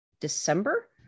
December